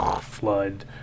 flood